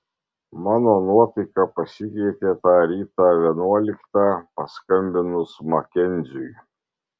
mano nuotaika pasikeitė tą rytą vienuoliktą paskambinus makenziui